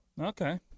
Okay